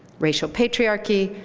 racial patriarchy,